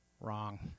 Wrong